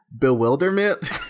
bewilderment